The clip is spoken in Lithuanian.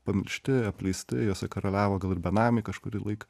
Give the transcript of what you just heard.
pamiršti apleisti juose karaliavo gal ir benamiai kažkurį laiką